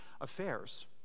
affairs